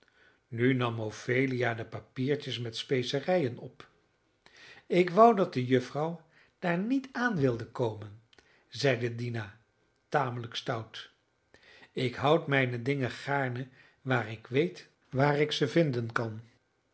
nu nam ophelia de papiertjes met specerijen op ik wou dat de juffrouw daar niet aan wilde komen zeide dina tamelijk stout ik houd mijne dingen gaarne waar ik weet waar ik ze vinden kan